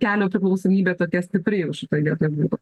kelio priklausomybė tokia stipri jau šitoj vietoj būtų